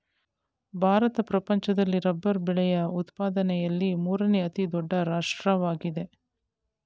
ಭಾರತ ಪ್ರಪಂಚದಲ್ಲಿ ರಬ್ಬರ್ ಬೆಳೆಯ ಉತ್ಪಾದನೆಯಲ್ಲಿ ಮೂರನೇ ಅತಿ ದೊಡ್ಡ ರಾಷ್ಟ್ರವಾಗಿದೆ